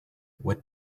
what